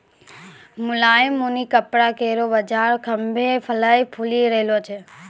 मुलायम ऊनी कपड़ा केरो बाजार खुभ्भे फलय फूली रहलो छै